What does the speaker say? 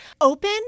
open